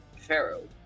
pharaoh